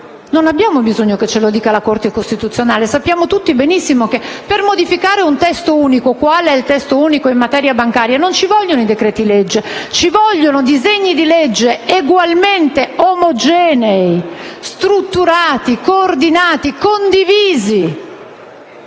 non abbiamo bisogno che ce le dica la Corte costituzionale. Sappiamo tutti benissimo che, per modificare un testo unico, qual è quello in materia bancaria, non servono i decreti-legge ma disegni di legge ugualmente omogenei, strutturati, coordinati e condivisi,